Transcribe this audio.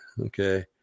Okay